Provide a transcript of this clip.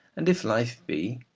and if life be,